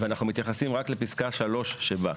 ואנחנו מתייחסים רק לפסקה (3) שבה.